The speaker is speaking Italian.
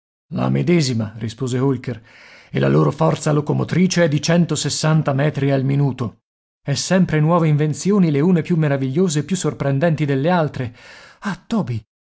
la medesima rispose holker e la loro forza locomotrice è di centosessanta metri al minuto e sempre nuove invenzioni le une più meravigliose e più sorprendenti delle altre ah toby